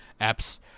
apps